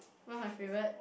what's my favourite